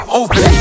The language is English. open